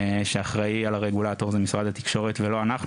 שאחראי על הרגולטור זה משרד התקשורת ולא אנחנו,